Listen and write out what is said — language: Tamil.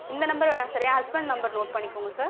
இந்த நம்பர் வேணாம் சார் என் ஹஸ்பண்ட் நம்பர் நோட் பண்ணிக்கோங்க சார்